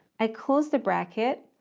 i close the bracket,